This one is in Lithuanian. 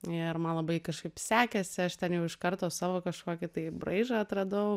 ir man labai kažkaip sekėsi aš ten jau iš karto savo kažkokį tai braižą atradau